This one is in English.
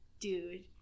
dude